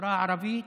מהחברה הערבית,